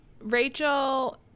Rachel